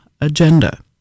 agenda